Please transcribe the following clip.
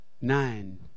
Nine